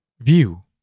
View